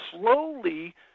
slowly